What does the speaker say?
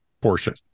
portion